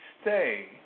stay